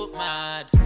mad